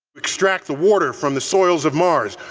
extract the water from the soils of mars.